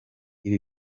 ibi